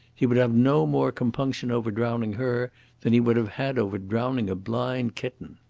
he would have no more compunction over drowning her than he would have had over drowning a blind kitten.